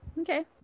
Okay